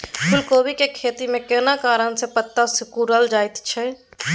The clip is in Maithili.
फूलकोबी के खेती में केना कारण से पत्ता सिकुरल जाईत छै?